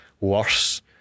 worse